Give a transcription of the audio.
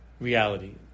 reality